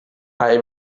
hai